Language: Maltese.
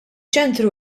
ċentru